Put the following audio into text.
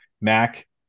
Mac